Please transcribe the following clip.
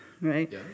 right